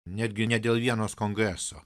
netgi ne dėl vienos kongreso